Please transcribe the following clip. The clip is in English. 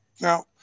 Now